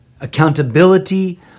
accountability